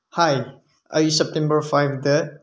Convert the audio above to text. ꯍꯥꯏ ꯑꯩ ꯁꯦꯞꯇꯦꯝꯕꯔ ꯐꯥꯏꯕꯇ